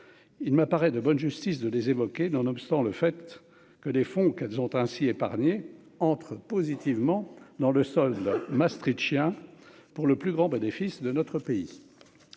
il m'apparaît de bonne justice de les évoquer, nonobstant le fait que des fonds qu'elles ont ainsi épargné entre positivement dans le solde maastrichtien pour le plus grand bénéfice de notre pays